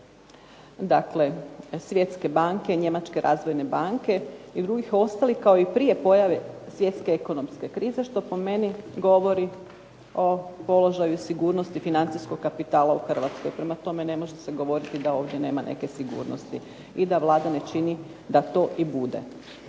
dakle Svjetske banke, Njemačke razvojne banke i drugih ostalih kao i prije pojave svjetske ekonomske krize što po meni govori o položaju sigurnosti financijskog kapitala u Hrvatskoj. Prema tome, ne može se govoriti da ovdje nema neke sigurnosti i da Vlada ne čini da to i bude.